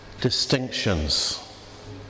distinctions